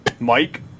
Mike